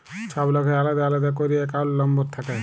ছব লকের আলেদা আলেদা ক্যইরে একাউল্ট লম্বর থ্যাকে